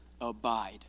abide